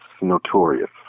Notorious